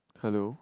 hello